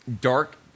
dark